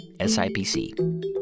SIPC